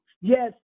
Yes